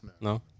no